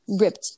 ripped